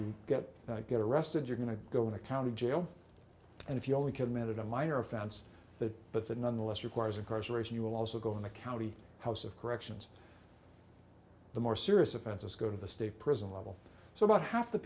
you get get arrested you're going to go to county jail and if you only committed a minor offense that but the nonetheless requires a graduation you will also go in the county house of corrections the more serious offenses go to the state prison level so about half the